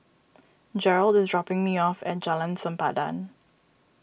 Gerald is dropping me off at Jalan Sempadan